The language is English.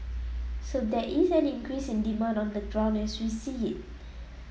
so there is an increase in demand on the ground as we see it